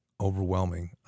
overwhelming